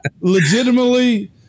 legitimately